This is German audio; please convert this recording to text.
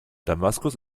damaskus